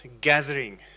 gathering